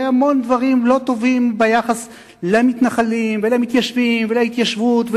והמון דברים לא טובים ביחס למתנחלים ולמתיישבים ולהתיישבות,